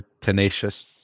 tenacious